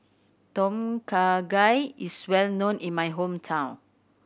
Tom Kha Gai is well known in my hometown